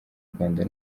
rwanda